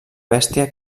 bèstia